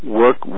work